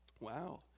Wow